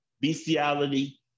bestiality